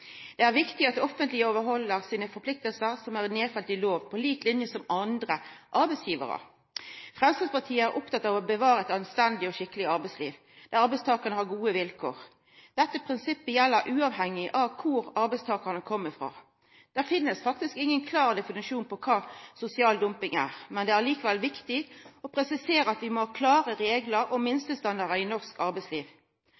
er nedfelte i lov, på lik linje med andre arbeidsgjevarar. Framstegspartiet er opptatt av å bevara eit anstendig og skikkeleg arbeidsliv der arbeidstakarane har gode vilkår. Dette prinsippet gjeld uavhengig av kor arbeidstakarane kjem frå. Det finst faktisk ingen klar definisjon på kva sosial dumping er, men det er likevel viktig å presisera at vi må har klare reglar om minstestandardar i norsk arbeidsliv. Arbeidstilsynet har avdekt fleire kritikkverdige forhold i offentleg sektor med brot på arbeidsmiljøloven, og